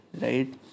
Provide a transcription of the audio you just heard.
Right